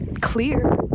clear